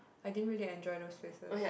I din really enjoy those places